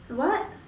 what